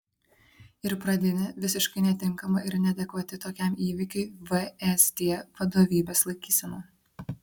ir pradinė visiškai netinkama ir neadekvati tokiam įvykiui vsd vadovybės laikysena